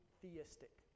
theistic